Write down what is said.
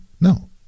No